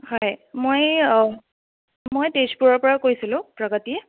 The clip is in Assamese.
হয় মই মই তেজপুৰৰ পৰা কৈছিলোঁ প্ৰগতিয়ে